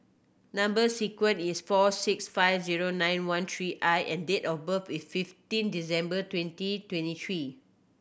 number sequence is S four six five zero nine one three I and date of birth is fifteen December twenty twenty three